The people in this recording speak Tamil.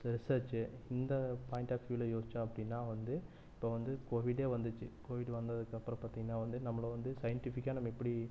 சி ரிசர்ச்சு இந்த பாய்ண்ட் ஆஃப் வ்யூவில யோசிச்சோம் அப்படின்னா வந்து இப்போ வந்து கோவிடே வந்துச்சு கோவிட் வந்ததுக்கப்பறம் பார்த்திங்கனா வந்து நம்மளை வந்து சைன்ட்டிஃபிக்காக நம்ம எப்படி